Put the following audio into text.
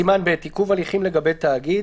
סימן ב' עיכוב הליכים לגבי תאגיד